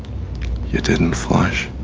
it didn't flush